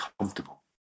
comfortable